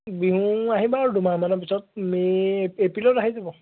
বিহু আহিব আৰু দুমাহমানৰ পিছত মে' এপ্ৰিলত আহি যাব